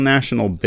National